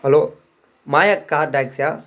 hello Maya call டாக்சியா